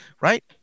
right